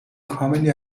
کاملی